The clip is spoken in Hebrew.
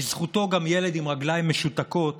בזכותו גם ילד עם רגליים משותקות